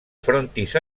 frontis